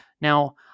Now